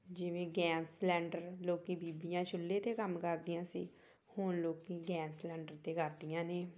ਜਿਵੇਂ gas cylinder ਲੋਕ ਬੀਬੀਆਂ ਚੁੱਲ੍ਹੇ 'ਤੇ ਕੰਮ ਕਰਦੀਆਂ ਸੀ ਹੁਣ ਲੋਕ ਗੈਸ ਸਲੰਡਰ 'ਤੇ ਕਰਦੀਆਂ ਨੇ